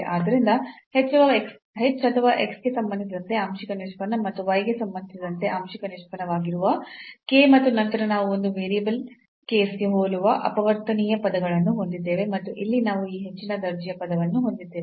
ಆದ್ದರಿಂದ h ಅಥವಾ x ಗೆ ಸಂಬಂಧಿಸಿದಂತೆ ಆಂಶಿಕ ನಿಷ್ಪನ್ನ ಮತ್ತು y ಗೆ ಸಂಬಂಧಿಸಿದಂತೆ ಆಂಶಿಕ ನಿಷ್ಪನ್ನವಾಗಿರುವ k ಮತ್ತು ನಂತರ ನಾವು ಒಂದು ವೇರಿಯೇಬಲ್ ಕೇಸ್ಗೆ ಹೋಲುವ ಅಪವರ್ತನೀಯ ಪದಗಳನ್ನು ಹೊಂದಿದ್ದೇವೆ ಮತ್ತು ಇಲ್ಲಿ ನಾವು ಈ ಹೆಚ್ಚಿನ ದರ್ಜೆಯ ಪದವನ್ನು ಹೊಂದಿದ್ದೇವೆ